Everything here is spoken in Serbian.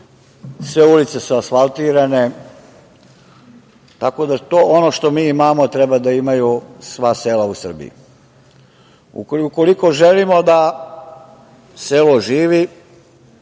sve ulice su asfaltirane, tako da ono što mi imamo treba da imaju sva sela u Srbiji. Ukoliko želimo da selo živi